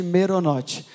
Meronote